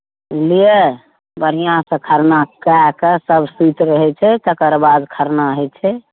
बुझलियै बढ़िआँसँ खरना कएके सभ सुति रहैत छै तकर बाद खरना होइत छै